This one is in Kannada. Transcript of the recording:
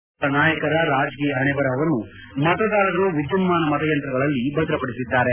ಪ್ರಮುಖ ನಾಯಕರ ರಾಜಕೀಯ ಹಣೆಬರಹವನ್ನು ಮತದಾರರು ವಿದ್ಯುನ್ನಾನ ಮತಯಂತ್ರಗಳಲ್ಲಿ ಭದ್ರಪಡಿಸಿದ್ದಾರೆ